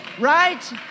Right